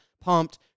pumped